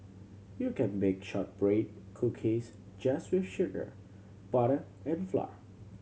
you can bake shortbread cookies just with sugar butter and flour